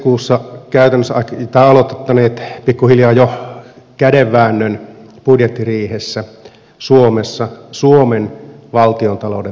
te olette aloittaneet pikkuhiljaa jo kädenväännön budjettiriihessä suomessa suomen valtiontalouden tasapainottamiseksi